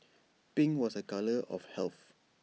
pink was A colour of health